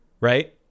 right